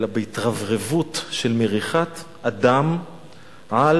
אלא בהתרברבות של מריחת הדם על